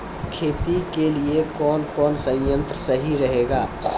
खेती के लिए कौन कौन संयंत्र सही रहेगा?